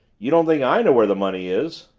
you don't think i know where the money is?